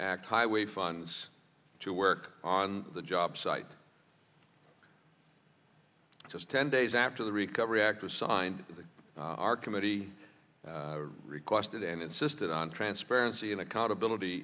act highway funds to work on the job site just ten days after the recovery act was signed our committee requested and insisted on transparency and accountability